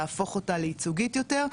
להפוך אותה לייצוגית יותר,